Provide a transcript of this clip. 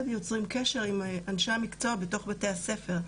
יוצרים קשר עם אנשי המקצוע בתוך בתי הספר,